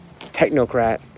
technocrat